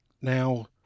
now